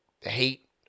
hate